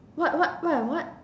what what what are what